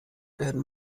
werden